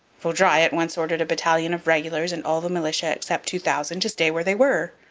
vaudreuil at once ordered a battalion of regulars and all the militia, except two thousand, to stay where they were.